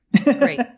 great